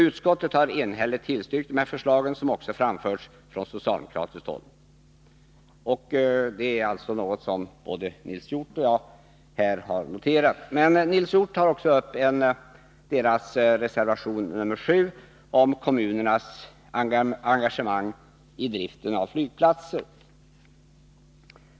Utskottet har enhälligt tillstyrkt dessa förslag, som också har framförts från socialdemokratiskt håll. Det är alltså något som både Nils Hjorth och jag här har noterat. Nils Hjorth tar också upp socialdemokraternas reservation 7 om kommunernas engagemang driften av flygplatser.